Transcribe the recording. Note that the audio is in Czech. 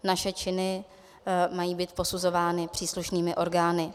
Naše činy mají být posuzovány příslušnými orgány.